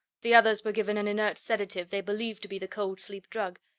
the others were given an inert sedative they believed to be the cold-sleep drug.